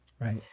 Right